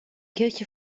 kirche